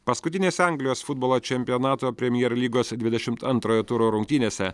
paskutinėse anglijos futbolo čempionato premier lygos dvidešimt antrojo turo rungtynėse